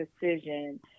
decision